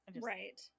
Right